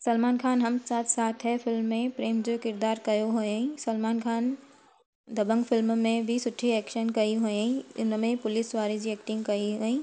Salman Khan Hum Saath Saath Hai film में प्रेम जो किरदार कयो हुयंई सलमान खान दबंग फिल्म में बि सुठी एक्शन कई हुयंई हिन में पुलिस वारे जी एक्टिंग कई हुयंई